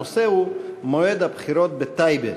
הנושא הוא: מועד הבחירות בטייבה.